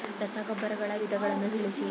ರಸಗೊಬ್ಬರಗಳ ವಿಧಗಳನ್ನು ತಿಳಿಸಿ?